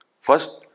First